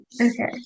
Okay